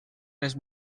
les